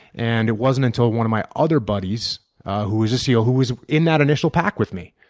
and it wasn't until one of my other buddies who was a seal who was in that initial pack with me,